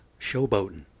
showboating